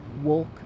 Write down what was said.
walk